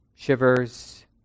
shivers